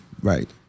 Right